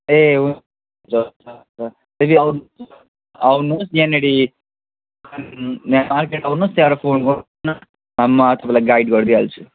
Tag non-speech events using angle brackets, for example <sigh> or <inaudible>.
ए <unintelligible> आउनुहोस् यहाँनिर <unintelligible> मार्केट आउनुहोस् त्यहाँबाट फोन गर्नुहोस् न म तपाईँलाई गाइड गरिदिइहाल्छु